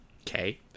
Okay